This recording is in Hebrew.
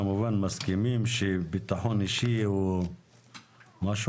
כמובן מסכימים שביטחון אישי הוא משהו